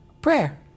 prayer